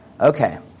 Okay